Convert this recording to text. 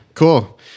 Cool